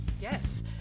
Yes